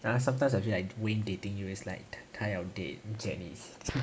ah sometimes I feel like wayne dating you is like 他要 date janice